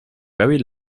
very